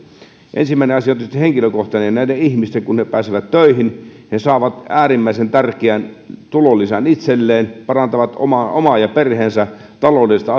ensimmäinen asia on tietysti henkilökohtainen näille ihmisille kun he pääsevät töihin he saavat äärimmäisen tärkeän tulonlisän itselleen parantavat omaa ja perheensä taloudellista